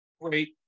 great